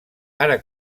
ara